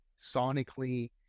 sonically